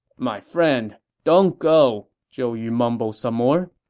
my friend, don't go! zhou yu mumbled some more.